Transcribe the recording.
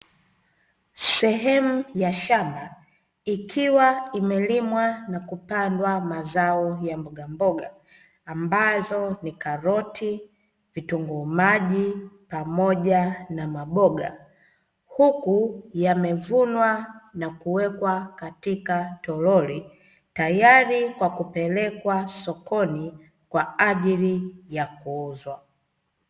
Sehemu ya shamba ikiwa imelimwa na kupandwa mazao ya mbogamboga ambazo ni karoti vitunguu maji pamoja na maboga huku yamevunwa na kuwekwa katika toroli tayari kwa kupelekwa sokoni kwa ajili ya kuuzwa.